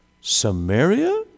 Samaria